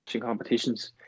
competitions